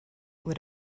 would